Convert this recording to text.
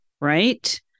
right